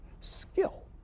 skill